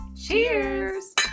Cheers